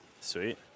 Sweet